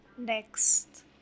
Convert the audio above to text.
Next